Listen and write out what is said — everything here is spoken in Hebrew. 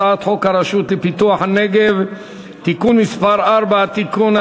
הצעת חוק הרשות לפיתוח הנגב (תיקון מס' 4) (תיקון),